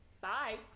Bye